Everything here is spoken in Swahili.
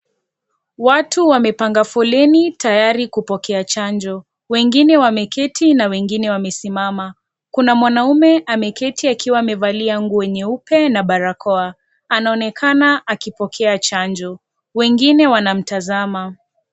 Watu wamepanga foleni tayari kupokea chanjo. Wengine wameketi na wengine wamesimama. Kuna mwanaume ameketi akiwa amevalia nguo nyeupe na barakoa. Anaonekana akipokea chanjo. Wengine wanamtazama.